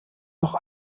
noch